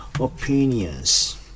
opinions